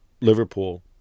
Liverpool